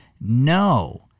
no